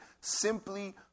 simply